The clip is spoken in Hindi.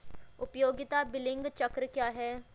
उपयोगिता बिलिंग चक्र क्या है?